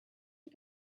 the